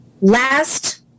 Last